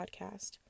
podcast